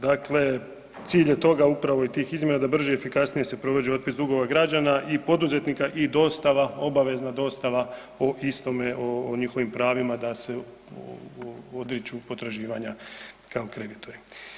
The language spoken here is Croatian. Dakle, cilj je toga upravo i tih izmjena da brže i efikasnije se provodi otpis dugova građana i poduzetnika i dostava, obavezna dostava o istome o njihovim pravima da se odriču potraživanja kao kreditori.